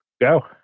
Go